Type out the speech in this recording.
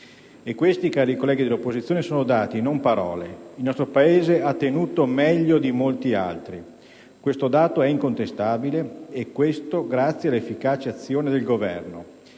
Questi, cari colleghi dell'opposizione, sono dati non parole. Il nostro Paese ha tenuto meglio di molti altri, questo dato è incontestabile. Ciò è avvenuto grazie all'efficace azione del Governo,